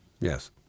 Yes